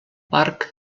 parc